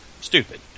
stupid